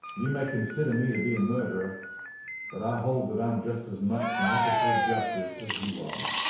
you may consider me to be a murderer but i hold that i am just as much an officer of justice as you are.